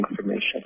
information